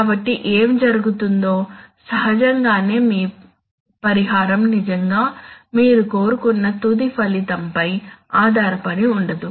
కాబట్టి ఏమి జరుగుతుందో సహజంగానే మీ పరిహారం నిజంగా మీరు కోరుకున్న తుది ఫలితంపై ఆధారపడి ఉండదు